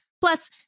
Plus